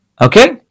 okay